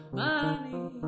money